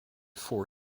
four